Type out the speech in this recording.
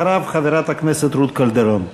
אחריו, חברת הכנסת רות קלדרון.